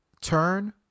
turn